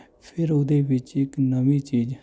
ਫਿਰ ਉਹਦੇ ਵਿੱਚ ਇੱਕ ਨਵੀਂ ਚੀਜ਼